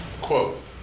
Quote